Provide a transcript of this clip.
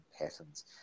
patterns